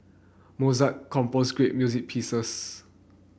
Mozart composed great music pieces